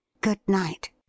Good-night